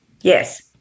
yes